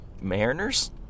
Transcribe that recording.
Mariners